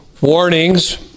warnings